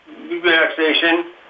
relaxation